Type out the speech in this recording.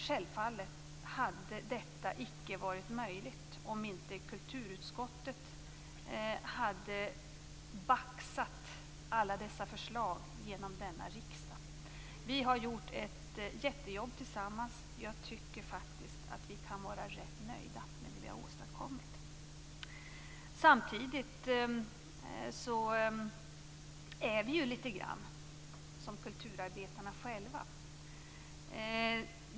Självfallet hade inte detta varit möjligt om inte kulturutskottet hade baxat alla förslag genom denna riksdag. Vi har gjort ett jättejobb tillsammans. Jag tycker faktiskt att vi kan vara rätt nöjda med det vi har åstadkommit. Samtidigt är vi ju litet grand som kulturarbetarna själva.